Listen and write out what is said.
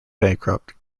bankrupt